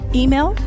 email